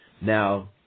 Now